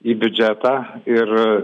į biudžetą ir